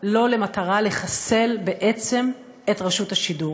לו למטרה לחסל בעצם את רשות השידור.